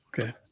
Okay